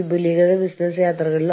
എവിടെയാണ് ഈ നിയന്ത്രണങ്ങൾ